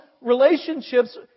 relationships